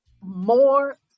more